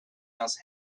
else